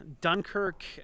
Dunkirk